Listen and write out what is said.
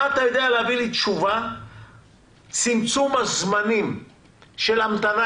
איזו תשובה אתה יודע לתת לי לגבי צמצום הזמנים של המתנה